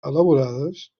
elaborades